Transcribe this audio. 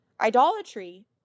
Idolatry